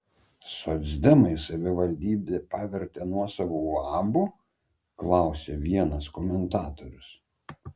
socdemai savivaldybę pavertė nuosavu uabu klausia vienas komentatorius